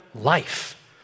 life